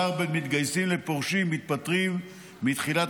והפער בין מתגייסים לפורשים/מתפטרים מתחילת